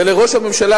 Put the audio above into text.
ולראש הממשלה,